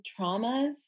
traumas